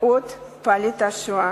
אות פליט השואה.